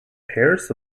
pairs